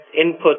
input